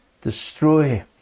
destroy